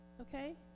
Okay